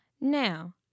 Now